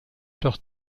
doch